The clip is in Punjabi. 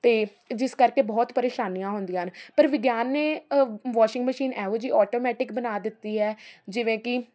ਅਤੇ ਜਿਸ ਕਰਕੇ ਬਹੁਤ ਪਰੇਸ਼ਾਨੀਆਂ ਆਉਂਦੀਆਂ ਹਨ ਪਰ ਵਿਗਿਆਨ ਨੇ ਵਾਸ਼ਿੰਗ ਮਸ਼ੀਨ ਇਹੋ ਜਿਹੀ ਆਟੋਮੈਟਿਕ ਬਣਾ ਦਿੱਤੀ ਹੈ ਜਿਵੇਂ ਕਿ